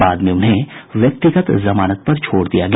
बाद में उन्हें व्यक्तिगत जमानत पर छोड़ दिया गया